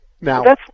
Now